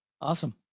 Awesome